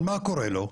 אבל, מה קורה לו?